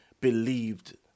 believed